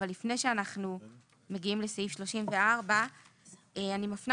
אבל לפני שאנחנו מגיעים לסעיף 34 אני מפנה